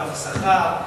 אגף השכר,